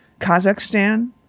Kazakhstan